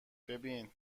ببین